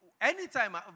Anytime